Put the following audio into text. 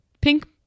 Pink